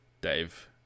Dave